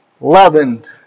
leavened